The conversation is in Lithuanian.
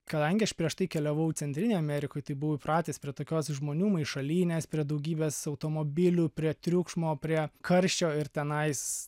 kadangi aš prieš tai keliavau centrinėj amerikoj tai buvau įpratęs prie tokios žmonių maišalynės prie daugybės automobilių prie triukšmo prie karščio ir tenais